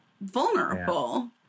vulnerable